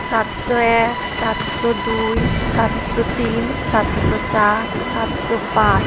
সাতশো এক সাতশো দুই সাতশো তিন সাতশো চার সাতশো পাঁচ